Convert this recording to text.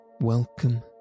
Welcome